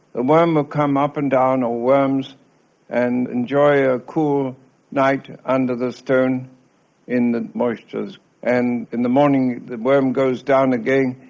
the worm will come up and down or worms and enjoy a cool night under the stone in the moisture, and in the morning the worm goes down again.